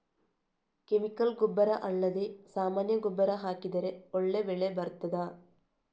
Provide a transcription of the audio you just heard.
Chemical ಗೊಬ್ಬರ ಅಲ್ಲದೆ ಸಾಮಾನ್ಯ ಗೊಬ್ಬರ ಹಾಕಿದರೆ ಒಳ್ಳೆ ಬೆಳೆ ಬರ್ತದಾ?